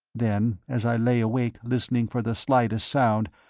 then, as i lay awake listening for the slightest sound,